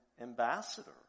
ambassador